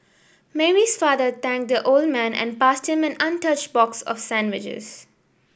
Mary's father thanked the old man and passed him an untouched box of sandwiches